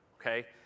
okay